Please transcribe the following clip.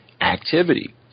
activity